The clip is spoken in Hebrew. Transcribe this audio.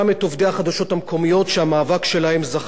שהמאבק שלהם זכה לפחות פרסום.